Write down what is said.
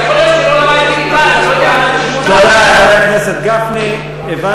אז יכול להיות שלא למדתי ליבה אז אני לא יודע מה זה שמונה,